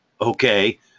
okay